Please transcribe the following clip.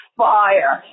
fire